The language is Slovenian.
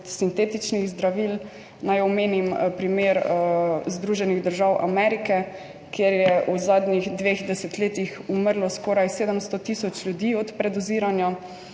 sintetičnih zdravil, naj omenim primer Združenih držav Amerike, kjer je v zadnjih dveh desetletjih umrlo skoraj 700 tisoč ljudi od predoziranja